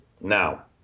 Now